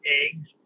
eggs